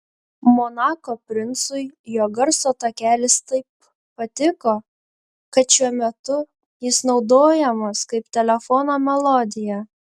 monako princui jo garso takelis taip patiko kad šiuo metu jis naudojamas kaip telefono melodija